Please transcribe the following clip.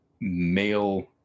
male